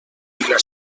vila